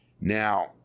Now